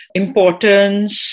importance